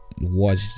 watch